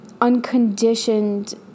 unconditioned